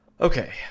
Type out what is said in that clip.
Okay